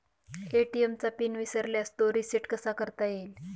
ATM चा PIN विसरल्यास तो रिसेट कसा करता येईल?